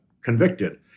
Convicted